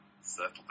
settle